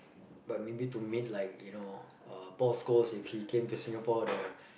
but maybe to meet like you know uh Paul-Scholes if he came to Singapore the